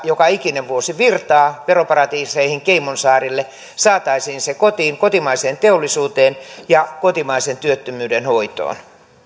joka ikinen vuosi virtaa veroparatiiseihin sinne caymansaarille saataisiin kotiin kotimaiseen teollisuuteen ja kotimaisen työttömyyden hoitoon